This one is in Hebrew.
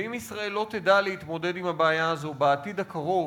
ואם ישראל לא תדע להתמודד עם הבעיה הזאת בעתיד הקרוב,